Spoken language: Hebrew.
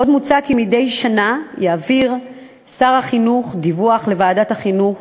עוד מוצע כי מדי שנה יעביר שר החינוך דיווח לוועדת החינוך,